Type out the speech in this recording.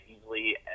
easily